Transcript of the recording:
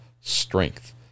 strength